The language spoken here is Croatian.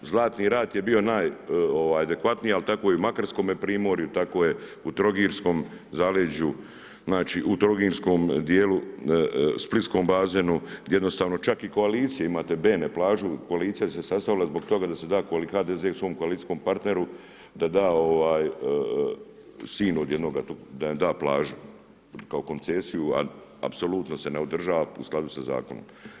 Zlatni rat je bio najadekvatniji ali tako je i u Makarskome primorju, tako je u trogirskom zaleđu, znači u trogirskom djelu, u splitskom bazenu, jednostavno čak i koalicije, imate Bene plažu, koalicija se stala zbog toga da HDZ da svom koalicijskom partneru, da sin od jednoga tu, da da plažu kao koncesiju a apsolutno se ne održava u skladu sa zakonom.